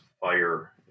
fire